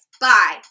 Bye